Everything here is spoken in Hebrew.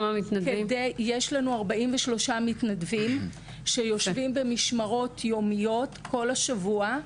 יש 43 מתנדבים שיושבים במשמרות יומיות כל השבוע,